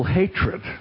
hatred